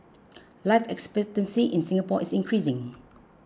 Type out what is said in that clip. life expectancy in Singapore is increasing